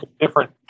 different